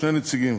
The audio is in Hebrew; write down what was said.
שני נציגים,